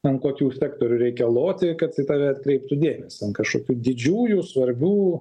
ant kokių sektorių reikia loti kad į tave atkreiptų dėmesį ten kažkokių didžiųjų svarbių